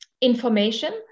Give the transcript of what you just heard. information